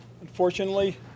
unfortunately